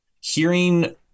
hearing